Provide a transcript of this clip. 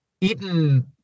eaten